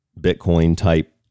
Bitcoin-type